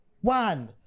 One